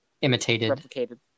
Imitated